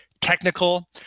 technical